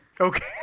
Okay